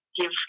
give